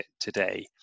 today